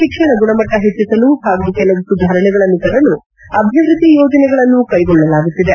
ಶಿಕ್ಷಣ ಗುಣಮಟ್ಟ ಹೆಚ್ಚಿಸಲು ಹಾಗೂ ಕೆಲವು ಸುಧಾರಣೆಗಳನ್ನು ತರಲು ಅಭಿವೃದ್ಧಿ ಯೋಜನೆಗಳನ್ನು ಕೈಗೊಳ್ಳಲಾಗುತ್ತಿದೆ